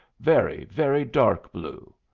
very, very dark blue.